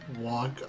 walk